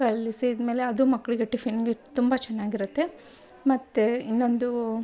ಕಲಸಿದ ಮೇಲೆ ಅದು ಮಕ್ಕಳಿಗೆ ಟಿಫಿನ್ನಿಗೆ ತುಂಬ ಚೆನ್ನಾಗಿರುತ್ತೆ ಮತ್ತು ಇನ್ನೊಂದೂ